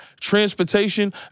transportation